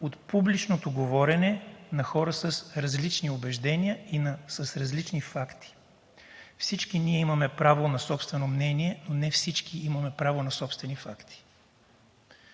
от публичното говорене на хора с различни убеждения и с различни факти. Всички ние имаме право на собствено мнение, но не всички имаме право на собствени факти.